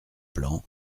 plan